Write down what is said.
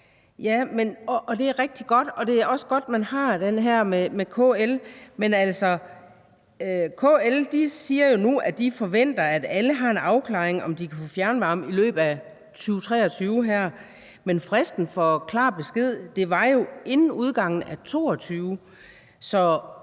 Det er rigtig godt, og det er også godt, man har den her aftale med KL. Men KL siger jo nu, at de forventer, at alle har fået en afklaring på, om de kan få fjernvarme i løbet af 2023, men fristen for at få klar besked var jo inden udgangen af 2022. Så